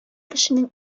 кешенең